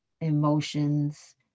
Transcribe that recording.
emotions